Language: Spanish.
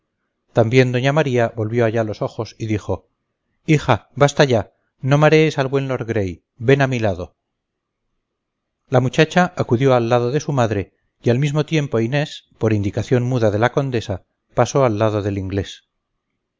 también doña maría volvió allá los ojos y dijo hija basta ya no marees al buen lord gray ven a mi lado la muchacha acudió al lado de su madre y al mismo tiempo inés por indicación muda de la condesa pasó al lado del inglés